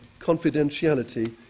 confidentiality